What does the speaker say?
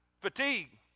Fatigue